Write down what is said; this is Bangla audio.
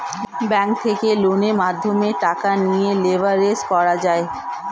ব্যাঙ্ক থেকে লোনের মাধ্যমে টাকা নিয়ে লেভারেজ করা যায়